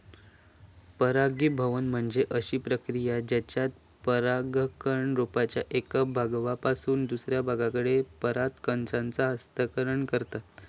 परागीभवन म्हणजे अशी प्रक्रिया जेच्यात परागकण रोपाच्या एका भागापासून दुसऱ्या भागाकडे पराग कणांचा हस्तांतरण करतत